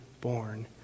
born